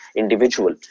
individual